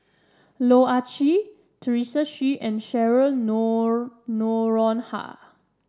Loh Ah Chee Teresa Hsu and Cheryl nor Noronha